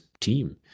team